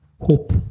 hope